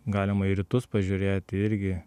galima į rytus pažiūrėti irgi